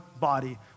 body